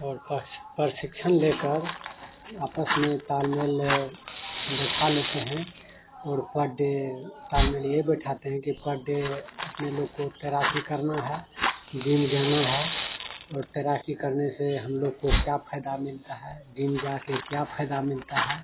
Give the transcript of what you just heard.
और पर प्रशिक्षण लेकर आपस में ताल मेल बिठा लेते हैं और पड डे ताल मेल ये बिठाते है कि पड डे अपने लोग को तैराक़ी करना है जिम जाना है और तैराक़ी करने से हम लोग को क्या फ़ायदा मिलता है जिम जाकर क्या फ़ायदा मिलता है